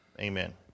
amen